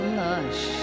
lush